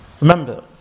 Remember